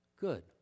good